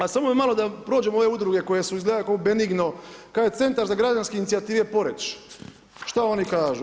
A samo malo da prođem ove udruge koje su izgleda kao benigno, kaže Centar za građanske inicijative Poreč, što oni kažu?